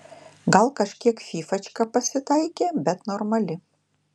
gal kažkiek fyfačka pasitaikė bet normali